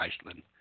Iceland